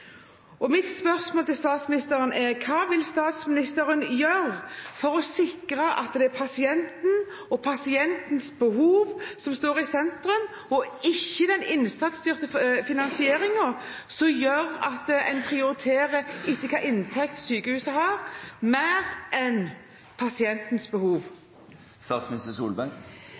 Mitt spørsmål til statsministeren er: Hva vil statsministeren gjøre for å sikre at det er pasienten og pasientens behov som står i sentrum – ikke den innsatsstyrte finansieringen, som gjør at en prioriterer mer ut ifra hvilke inntekter sykehuset har, enn ut ifra pasientens behov?